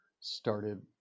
started